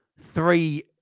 three